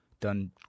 done